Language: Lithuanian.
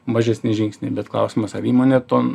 mažesni žingsniai bet klausimas ar įmonė to